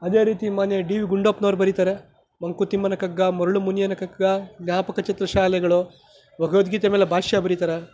ಅದೇ ರೀತಿ ಮಾನ್ಯ ಡಿ ವಿ ಗುಂಡಪ್ಪನವರು ಬರೀತಾರೆ ಮಂಕುತಿಮ್ಮನ ಕಗ್ಗ ಮರಳು ಮುನಿಯನ ಕಗ್ಗ ಜ್ಞಾಪಕ ಚಿತ್ರ ಶಾಲೆಗಳು ಭಗವದ್ಗೀತೆ ಮೇಲೆ ಭಾಷ್ಯ ಬರಿತಾರೆ